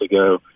ago